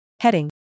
heading